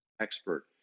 expert